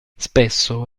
spesso